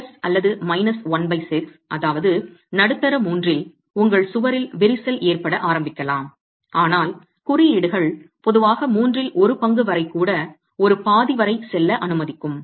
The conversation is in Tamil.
பிளஸ் அல்லது மைனஸ் 16 அதாவது நடுத்தர மூன்றில் உங்கள் சுவரில் விரிசல் ஏற்பட ஆரம்பிக்கலாம் ஆனால் குறியீடுகள் பொதுவாக மூன்றில் ஒரு பங்கு வரை கூட ஒரு பாதி வரை செல்ல அனுமதிக்கும்